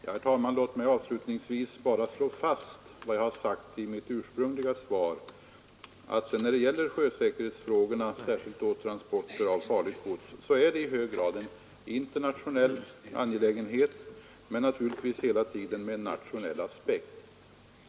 Herr talman! Låt mig avslutningsvis slå fast vad jag har sagt i mitt svar att sjösäkerhetsfrågorna, särskilt när det gäller transporter av farligt gods, i hög grad är en internationell angelägenhet men naturligtvis hela tiden med nationell aspekt.